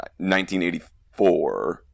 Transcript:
1984